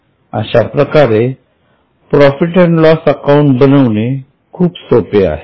अशाप्रकारे profit and loss account बनवणे खूप सोपे आहे